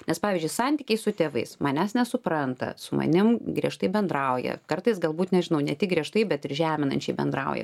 nes pavyzdžiui santykiai su tėvais manęs nesupranta su manim griežtai bendrauja kartais galbūt nežinau ne tik griežtai bet ir žeminančiai bendrauja